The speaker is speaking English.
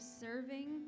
serving